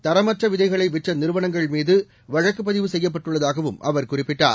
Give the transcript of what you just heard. தரமற்ற விதைகளை விற்ற நிறுவனங்கள் மீது வழக்குப்பதிவு செய்யப்பட்டுள்ளதாகவும் அவர் குறிப்பிட்டார்